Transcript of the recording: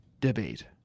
debate